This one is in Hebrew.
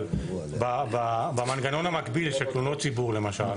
אבל במנגנון המקביל של תלונות ציבור למשל,